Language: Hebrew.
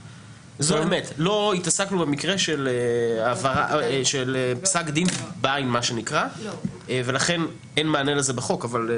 לא התעסקנו במקרה של פסק דין בעין ולכן אין לזה מענה בחוק.